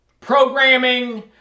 Programming